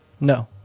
No